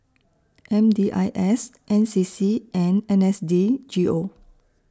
M D I S N C C and N S D G O